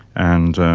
and